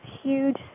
huge